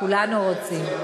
כולנו רוצים.